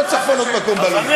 לא צריך לפנות מקום בלו"ז.